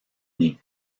née